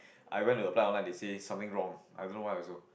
I went to apply online they say something wrong I don't know why also